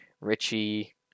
Richie